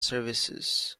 services